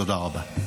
תודה רבה.